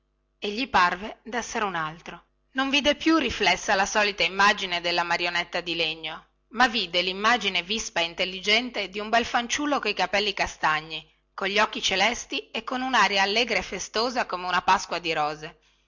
e gli parve dessere un altro non vide più riflessa la solita immagine della marionetta di legno ma vide limmagine vispa e intelligente di un bel fanciullo coi capelli castagni cogli occhi celesti e con unaria allegra e festosa come una pasqua di rose